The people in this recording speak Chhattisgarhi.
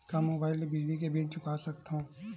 का मुबाइल ले बिजली के बिल चुका सकथव?